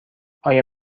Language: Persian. آیا